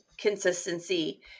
consistency